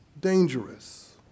dangerous